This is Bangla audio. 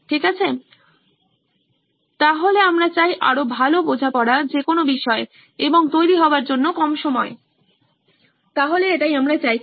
ঠিক আছে সুতরাং আমরা চাই আরো ভালো বোঝাপড়া যে কোনো বিষয়ে এবং তৈরি হবার সময় কম হবে সুতরাং এটাই আমরা চাইছি